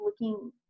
looking